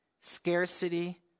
Scarcity